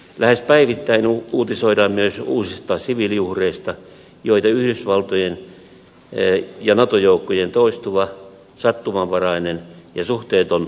lähes päivittäin uutisoidaan myös uusista siviiliuhreista joita yhdysvaltojen ja nato joukkojen toistuva sattumanvarainen ja suhteeton voimankäyttö aiheuttaa